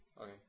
Okay